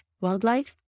wildlife